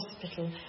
hospital